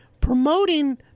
promoting